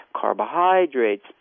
carbohydrates